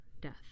death